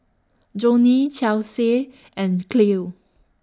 Jonnie Chelsie and Cleo